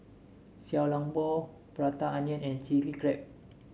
Xiao Long Bao Prata Onion and Chilli Crab